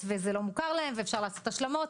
וזה לא מוכר להם ואפשר לעשות השלמות,